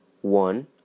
one